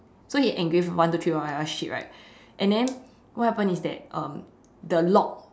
so he engraved one two three four five all this shit right and then what happen is that um the lock